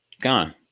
gone